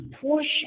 portion